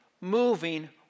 moving